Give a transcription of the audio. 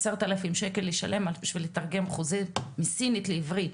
עשרת אלפים שקל לשלם בשביל לתרגם חוזה מסינית לעברית.